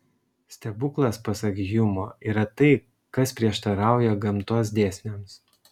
stebuklas pasak hjumo yra tai kas prieštarauja gamtos dėsniams